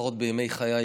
לפחות בימי חיי,